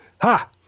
Ha